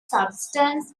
substance